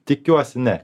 tikiuosi ne